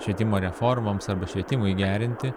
švietimo reformoms arba švietimui gerinti